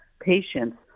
patients